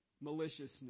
maliciousness